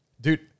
dude